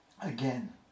again